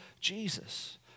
Jesus